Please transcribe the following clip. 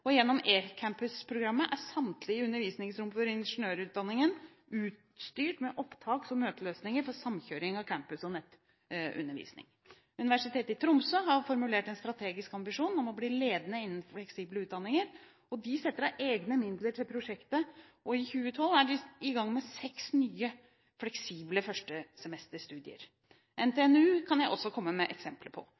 og gjennom eCampusprogrammet er samtlige undervisningsrom for ingeniørutdanningen utstyrt med opptaks- og møteløsninger for samkjøring av campusundervisning og nettundervisning. Universitetet i Tromsø har formulert en strategisk ambisjon om å bli ledende innen fleksible utdanninger. De setter av egne midler til prosjektet, og i 2012 var de i gang med seks nye fleksible førstesemesterstudier. Når det gjelder NTNU, kan jeg også komme med eksempler. På